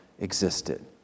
existed